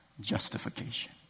justification